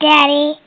Daddy